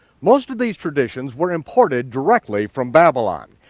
most of these traditions were imported directly from babylon.